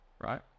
right